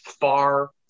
far